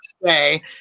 stay